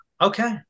Okay